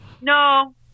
No